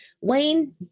Wayne